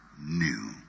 new